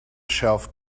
shelf